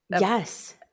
Yes